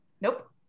nope